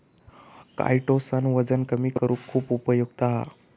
chitosan वजन कमी करुक खुप उपयुक्त हा